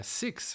six